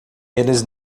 eles